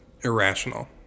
irrational